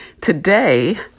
Today